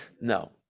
No